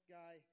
guy